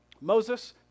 Moses